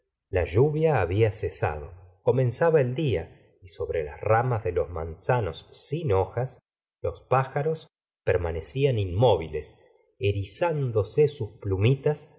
la lluvia había cesado comenzaba el día y sobre las ramas de los manzanos sin hojas los pájaros permanecían inmóviles erizándose sus plumitas